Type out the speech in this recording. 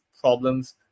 problems